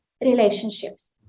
relationships